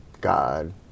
God